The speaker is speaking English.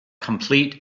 complete